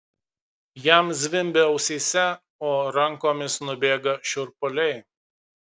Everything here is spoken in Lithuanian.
jam zvimbia ausyse o rankomis nubėga šiurpuliai